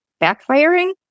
backfiring